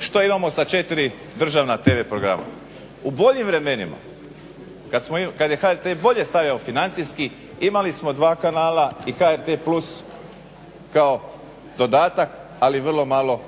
Što imamo sa četiri državna tv programa. U boljim vremenima kad je HRT bolje stajao financijski, imali smo dva kanala i HRT plus kao dodatak ali vrlo malo